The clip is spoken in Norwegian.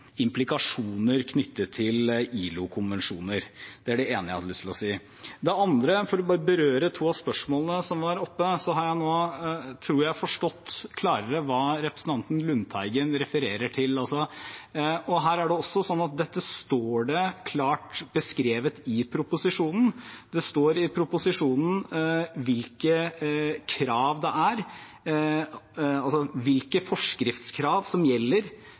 implikasjoner knyttet til ILO-konvensjoner. Det var det ene jeg hadde lyst til å si. Når det gjelder det andre, for å berøre to av spørsmålene som var oppe, tror jeg at jeg har forstått klarere hva representanten Lundteigen refererer til. Her er det også sånn at dette står klart beskrevet i proposisjonen. Det står i proposisjonen hvilke